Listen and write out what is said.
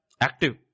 Active